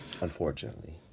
Unfortunately